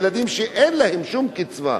ילדים שאין להם שום קצבה.